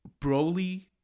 Broly